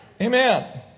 Amen